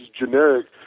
generic